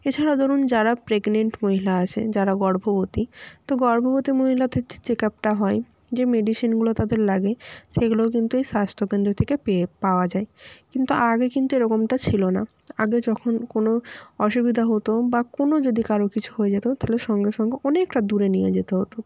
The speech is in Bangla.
এছাড়া ধরুন যারা প্রেগনেন্ট মহিলা আসে যারা গর্ভবতী তো গর্ভবতী মহিলাদের যে চেকআপটা হয় যে মেডিসিনগুলো তাদের লাগে সেইগুলোও কিন্তু ওই স্বাস্থ্যকেন্দ্র থেকে পেয়ে পাওয়া যায় কিন্তু আগে কিন্তু এরকমটা ছিলো না আগে যখন কোনো অসুবিদা হতো বা কোনো যদি কারোর কিছু হয়ে যেতো তাহলে সঙ্গে সঙ্গে অনেকটা দূরে নিয়ে যেতে হতো